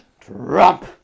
Trump